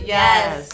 yes